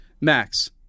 Max